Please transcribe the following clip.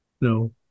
No